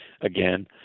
again